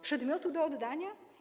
Przedmiotu do oddania?